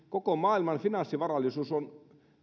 koko maailman finanssivarallisuus